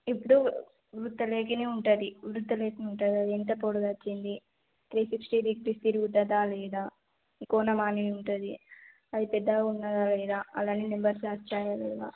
ఇప్పుడు వృత్తలేఖిని ఉంటుంది వృత్తలేఖిని ఉంటుంది అది ఎంత పొడుగు వచ్చింది త్రీ సిక్స్టీ డిగ్రీస్ తిరుగుతుందా లేదా కోణమానిని ఉంటుంది అది పెద్దగా ఉన్నదా లేదా అవన్నీ నెంబర్స్ వచ్చయా లేవా